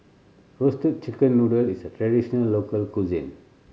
Roasted Chicken Noodle is a traditional local cuisine